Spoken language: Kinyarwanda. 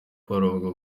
avuga